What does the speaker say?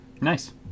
nice